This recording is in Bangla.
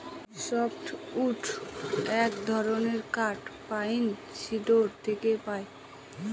সফ্ট উড এক ধরনের কাঠ পাইন, সিডর থেকে পাই